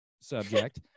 subject